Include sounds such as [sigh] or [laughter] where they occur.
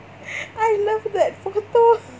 [noise] I love that photo